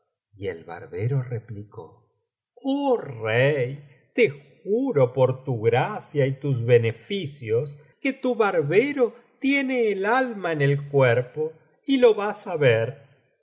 y el barbero replicó oh rey te juro por tu gracia y tus beneficios que tu barbero tiene el alma en el cuerpo y lo vas á ver